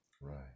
right